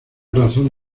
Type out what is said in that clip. razón